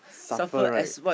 suffer right